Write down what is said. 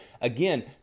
Again